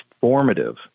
formative